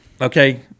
Okay